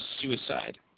suicide